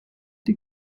die